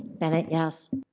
bennett, yes.